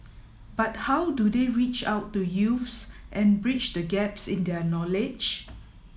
but how do they reach out to youths and bridge the gaps in their knowledge